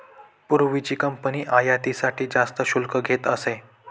पूर्वीची कंपनी आयातीसाठी जास्त शुल्क घेत असे